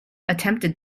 attempted